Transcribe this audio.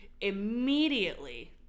immediately